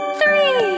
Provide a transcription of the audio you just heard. three